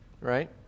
Right